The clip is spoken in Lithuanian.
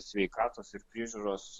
sveikatos priežiūros